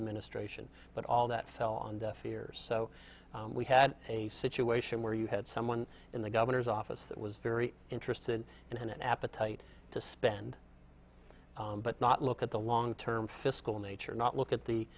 administration but all that fell on deaf ears so we had a situation where you had someone in the governor's office that was very interested and an appetite to spend but not look at the long term fiscal nature not look at the